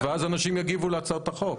ואז אנשים יגיבו להצעות החוק.